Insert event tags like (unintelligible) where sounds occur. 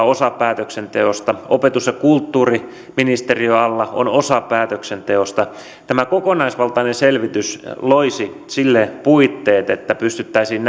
(unintelligible) osa päätöksenteosta opetus ja kulttuuriministeriön alla on osa päätöksenteosta tämä kokonaisvaltainen selvitys loisi puitteet sille että pystyttäisiin (unintelligible)